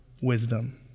wisdom